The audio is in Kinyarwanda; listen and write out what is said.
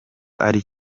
ari